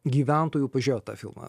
gyventojų pažiūrėjo tą filmą